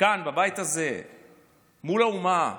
כאן בבית הזה מול האומה,